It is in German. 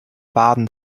baden